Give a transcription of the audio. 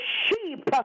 sheep